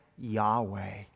Yahweh